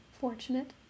fortunate